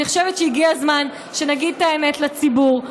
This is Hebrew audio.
אני חושבת שהגיע הזמן שנגיד את האמת לציבור,